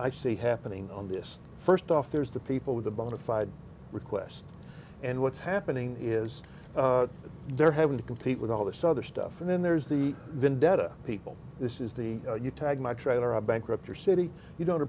i see happening on this first off there's the people with a bona fide request and what's happening is they're having to compete with all this other stuff and then there's the vendetta people this is the you tag my trailer bankrupt your city you don't